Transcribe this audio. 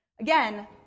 Again